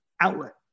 outlet